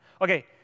Okay